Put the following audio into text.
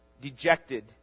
dejected